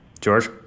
george